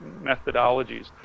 methodologies